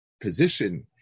position